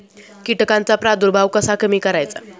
कीटकांचा प्रादुर्भाव कसा कमी करायचा?